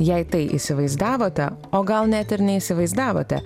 jei tai įsivaizdavote o gal net ir neįsivaizdavote